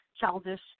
childish